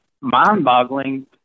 mind-boggling